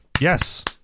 Yes